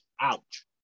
ouch